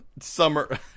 Summer